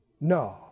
No